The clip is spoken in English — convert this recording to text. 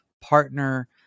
partner